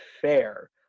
fair